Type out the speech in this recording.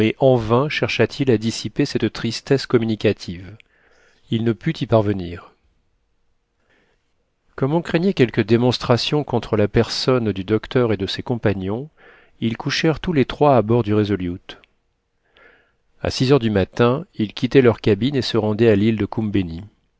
en vain chercha-t-il à dissiper cette tristesse communicative il ne put y parvenir comme on craignait quelques démonstrations contre la personne du docteur et de ses compagnons ils couchèrent tous les trois à bord du resolute a six heures du matin ils quittaient leur cabine et se rendaient à l'île de koumbeni